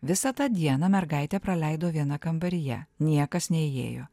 visą tą dieną mergaitė praleido viena kambaryje niekas neįėjo